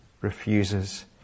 refuses